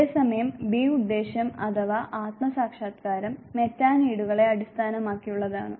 അതേസമയം ബി ഉദ്ദേശ്യം അഥവാ ആത്മ സാക്ഷാത്കാരം മെറ്റാനീഡുകളെ അടിസ്ഥാനമാക്കിയുള്ളതാണ്